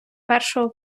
першого